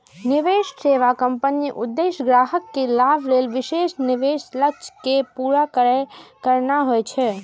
निवेश सेवा कंपनीक उद्देश्य ग्राहक के लाभ लेल विशेष निवेश लक्ष्य कें पूरा करना होइ छै